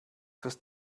fürs